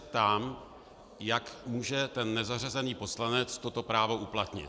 Ptám se, jak může nezařazený poslanec toto právo uplatnit.